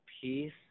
peace